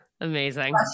Amazing